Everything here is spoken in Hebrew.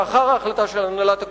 לאחר ההחלטה של הנהלת הקואליציה,